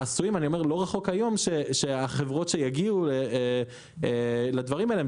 לא רחוק היום שהחברות שיגיעו לדברים האלה הן